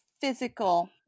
physical